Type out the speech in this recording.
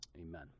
amen